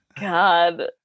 god